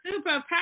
superpower